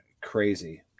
crazy